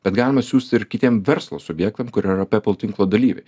bet galima siųst ir kitiem verslo subjektam kurie yra pepl tinklo dalyviai